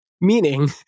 Meaning